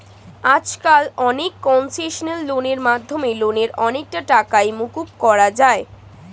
আজকাল অনেক কনসেশনাল লোনের মাধ্যমে লোনের অনেকটা টাকাই মকুব করা যায়